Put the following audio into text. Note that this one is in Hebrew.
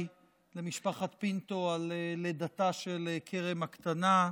למשפחת פינטו על לידתה של כרם הקטנה,